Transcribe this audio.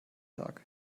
tag